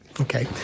Okay